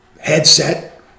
headset